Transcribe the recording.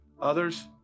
others